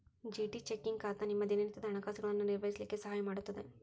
GT checking ಖಾತಾ ನಿಮ್ಮ ದಿನನಿತ್ಯದ ಹಣಕಾಸುಗಳನ್ನು ನಿರ್ವಹಿಸ್ಲಿಕ್ಕೆ ಸಹಾಯ ಮಾಡುತ್ತದೆ